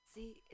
See